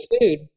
food